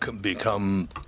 become